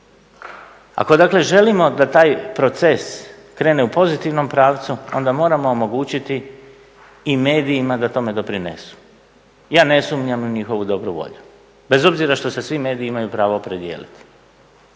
ako dakle želimo da taj proces krene u pozitivnom pravcu onda moramo omogućiti i medijima da tome doprinesu. Ja ne sumnjam u njihovu dobru volju, bez obzira što se svi mediji imaju pravo opredijeliti,